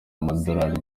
amadorali